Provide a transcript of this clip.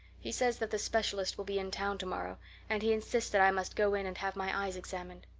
he says that the specialist will be in town tomorrow and he insists that i must go in and have my eyes examined.